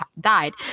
died